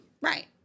Right